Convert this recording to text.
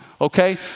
okay